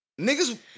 niggas